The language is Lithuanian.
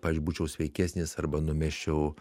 pavyzdžiui būčiau sveikesnis arba numesčiau